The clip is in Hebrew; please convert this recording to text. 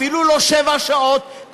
אפילו לא שבע שעות,